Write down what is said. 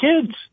kids